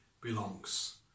belongs